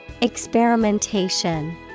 Experimentation